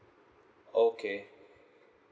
okay